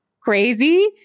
crazy